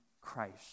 Christ